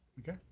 okay?